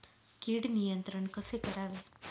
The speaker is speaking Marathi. कीड नियंत्रण कसे करावे?